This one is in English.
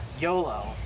YOLO